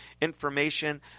information